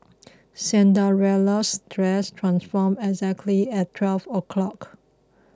Cinderella's dress transformed exactly at twelve o'clock